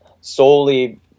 solely